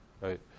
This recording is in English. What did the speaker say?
right